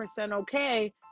okay